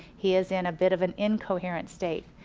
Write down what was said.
he is in a bit of an incoherent state.